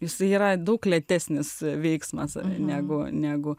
jis yra daug lėtesnis veiksmas negu negu